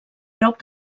prop